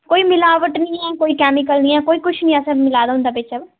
कोई मिलावट निं ऐ कोई कैमिकल निं ऐ कुछ निं मिलाये दा होंदा बिच